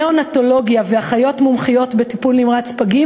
רופאים נאונטולוגים ואחיות מומחיות בטיפול נמרץ פגים